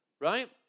Right